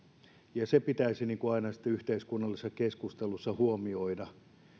ja se pitäisi sitten aina yhteiskunnallisessa keskustelussa huomioida